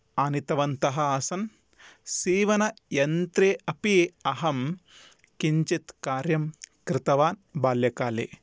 आनीतवन्तः आसन् सीवनयन्त्रे अपि अहं किञ्चित् कार्यं कृतवान् बाल्यकाले